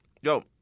Yo